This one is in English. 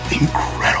Incredible